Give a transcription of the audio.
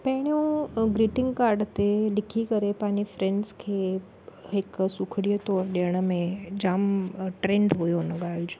पहिरों greeting card ते लिखी करे पंहिंजे फ्रैंड्स खे हिकु सुखड़ियूं तौरु ॾियण में जाम ट्रैंड हुयो हुन ॻाल्हि जो